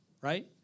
right